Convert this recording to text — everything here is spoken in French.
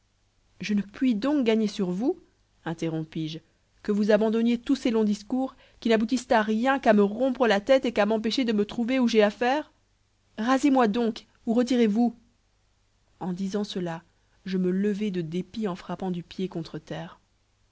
je ne puis donc gagner sur vous interrompis-je que vous abandonniez tous ces longs discours qui n'aboutissent à rien qu'à me rompre la tête et qu'à m'empêcher de me trouver où j'ai affaire rasez moi donc ou retirez-vous en disant cela je me levai de dépit en frappant du pied contre terre